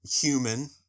human